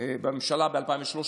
בממשלה ב-2013.